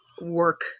work